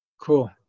Cool